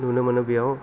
नुनो मोनो बेयाव